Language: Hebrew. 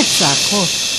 איזה צעקות.